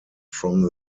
from